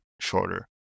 shorter